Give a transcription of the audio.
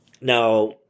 now